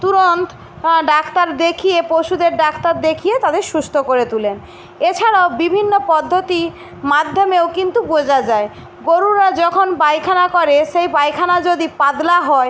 তুরন্ত doctor দেখিয়ে পশুদের doctor দেখিয়ে তাদের সুস্থ করে তোলেন এছাড়াও বিভিন্ন পদ্ধতির মাধ্যমেও কিন্তু বোঝা যায় গোরুরা যখন পায়খানা করে সেই পায়খানা যদি পাতলা হয়